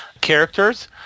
characters